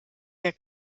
der